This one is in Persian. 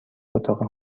اتاق